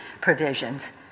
provisions